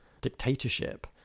dictatorship